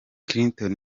cliton